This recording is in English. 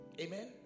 amen